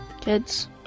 kids